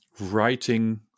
writing